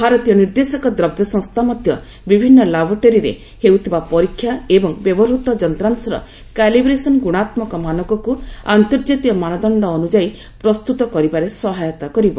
ଭାରତୀୟ ନିର୍ଦ୍ଦେଶକ ଦ୍ରବ୍ୟ ସଂସ୍ଥା ମଧ୍ୟ ବିଭିନ୍ନ ଲାବୋରେଟୋରୀରେ ହେଉଥିବା ପରୀକ୍ଷା ଏବଂ ବ୍ୟବହୃତ ଯନ୍ତ୍ରାଂଶର କାଲିବରେସନ ଗୁଣାତ୍ମକ ମାନକକୁ ଅନ୍ତର୍ଜାତୀୟ ମାନଦଣ୍ଡ ଅନୁଯାୟୀ ପ୍ରସ୍ତୁତ କରିବାରେ ସହାୟତା କରିବ